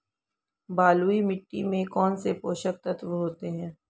बलुई मिट्टी में कौनसे पोषक तत्व होते हैं?